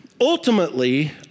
ultimately